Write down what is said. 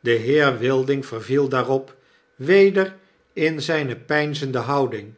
de heer wilding verviel daarop weder in zyne peinzende houding